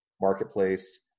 marketplace